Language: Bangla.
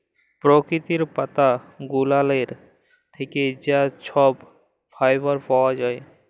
পরকিতির পাতা গুলালের থ্যাইকে যা ছব ফাইবার পাউয়া যায়